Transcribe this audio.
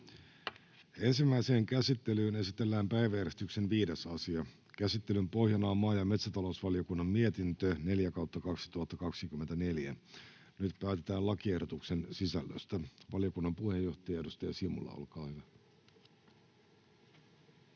Ensimmäiseen käsittelyyn esitellään päiväjärjestyksen 5. asia. Käsittelyn pohjana on maa- ja metsätalousvaliokunnan mietintö MmVM 4/2024 vp. Nyt päätetään lakiehdotuksen sisällöstä. — Valiokunnan puheenjohtaja, edustaja Simula, olkaa hyvä.